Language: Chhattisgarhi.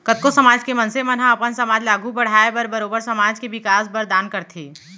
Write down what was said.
कतको समाज के मनसे मन ह अपन समाज ल आघू बड़हाय बर बरोबर समाज के बिकास बर दान करथे